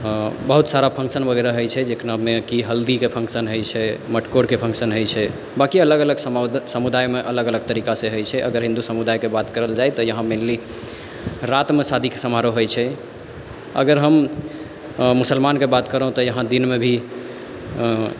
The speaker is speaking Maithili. बहुत सारा फंक्शन वगैरह होइ छै जेकरा मे कि हल्दी के फंक्शन हो छै मटकोर के फंक्शन होइ छै बाकि अलग अलग समोद समुदाय मे अलग अलग तरीका सऽ होइ छै अगर हिन्दू समुदाय के बात करल जाय तऽ यहाँ मैनली राति मे शादीके समारोह होइ छे अगर हम मुसलमान के बात करौं तऽ यहाँ दिन मे भी आँ